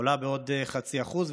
עולה בעוד חצי אחוז,